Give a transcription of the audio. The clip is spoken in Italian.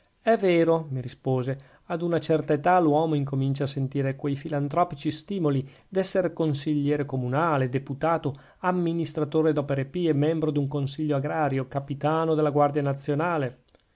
è vero mi rispose ad una certa età l'uomo incomincia a sentire questi filantropici stimoli d'esser consigliere comunale deputato amministratore d'opere pie membro d'un consiglio agrario capitano della guardia nazionale